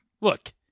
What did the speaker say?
Look